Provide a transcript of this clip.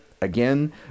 again